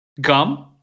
gum